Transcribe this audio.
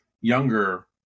younger